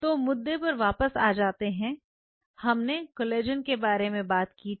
तो मुद्दे पर वापस आ जाते हैं हमने कोलेजन के बारे में बात की थी